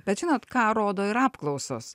bet žinot ką rodo ir apklausos